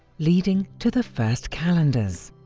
leading to the first calendars.